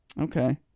Okay